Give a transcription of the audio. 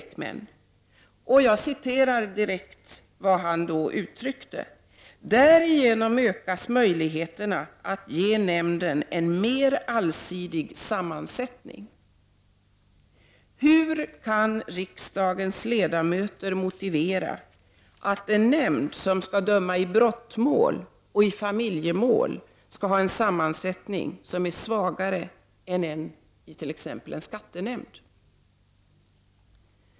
”Därigenom ökas möjligheterna att ge nämnden en mer allsidig sammansättning”, påpekade han. Hur kan riksdagens ledamöter motivera att en nämnd, som skall döma i brottmål och familjemål, skall ha en sammansättning som är svagare än den it.ex. en skattenämnd?